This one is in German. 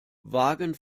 wagen